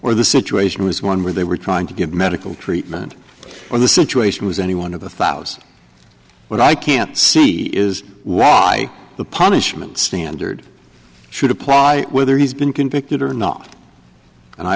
or the situation was one where they were trying to get medical treatment or the situation was any one of the thousand but i can't see is why the punishment standard should apply whether he's been convicted or not and i